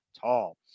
tall